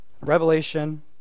Revelation